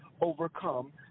overcome